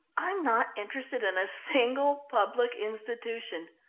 i'm not interested in a single public institution!